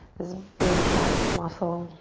this big trap muscle.